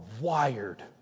wired